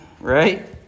right